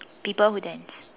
people who dance